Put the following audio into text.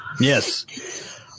Yes